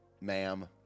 ma'am